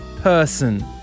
person